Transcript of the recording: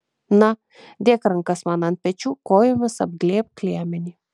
na dėk rankas man ant pečių kojomis apglėbk liemenį